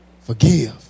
forgive